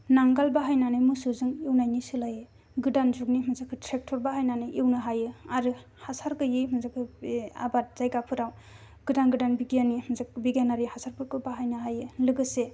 नांगोल बाहायनानै मोसौजों एवनायनि सोलायै गोदान जुगनि ट्रेक्टर बाहायनानै एवनो हायो आरो हासार गैयै बे आबाद जायगाफोराव गोदान गोदान बिगियाननि बिगियानारि हासारफोरखौ बाहायनो हायो लोगोसे